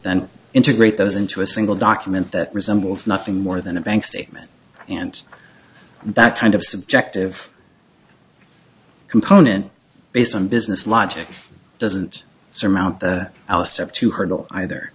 then integrate those into a single document that resembles nothing more than a bank statement and that kind of subjective component based on business logic doesn't surmount the alice up to hurdle either